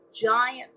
giant